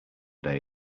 day